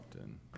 often